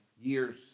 years